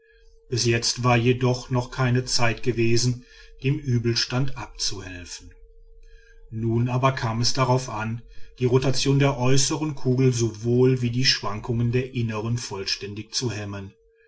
bis jetzt war jedoch noch keine zeit gewesen dem übelstand abzuhelfen nun aber kam es darauf an die rotation der äußeren kugel sowohl wie die schwankungen der inneren vollständig zu hemmen